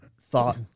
thought